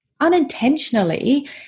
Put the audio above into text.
unintentionally